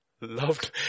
loved